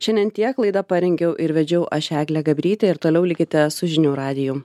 šiandien tiek laidą parengiau ir vedžiau aš eglė gabrytė ir toliau likite su žinių radiju